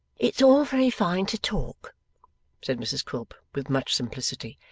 it's all very fine to talk said mrs quilp with much simplicity,